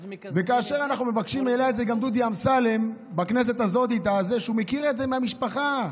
גם דודי אמסלם העלה את זה בכנסת הזאת והוא מכיר את זה מהמשפחה,